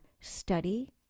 study